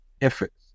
efforts